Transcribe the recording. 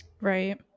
Right